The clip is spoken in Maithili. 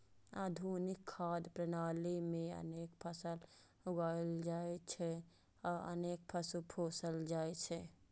आधुनिक खाद्य प्रणाली मे अनेक फसल उगायल जाइ छै आ अनेक पशु पोसल जाइ छै